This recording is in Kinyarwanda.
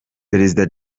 perezida